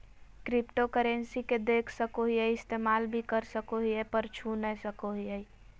cryptocurrency के देख सको हीयै इस्तेमाल भी कर सको हीयै पर छू नय सको हीयै